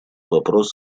вопрос